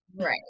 right